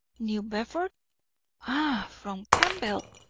new bedford ah, from campbell,